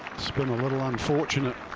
but a little unfortunate.